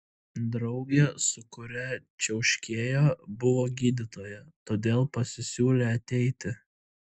draugė su kuria čiauškėjo buvo gydytoja todėl pasisiūlė ateiti